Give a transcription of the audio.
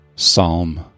Psalm